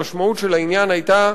המשמעות של העניין היתה,